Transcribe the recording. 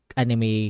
anime